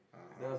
(uh huh)